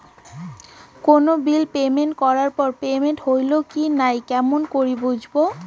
কোনো bill payment করার পর পেমেন্ট হইল কি নাই কেমন করি বুঝবো?